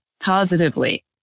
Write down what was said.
positively